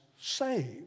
saved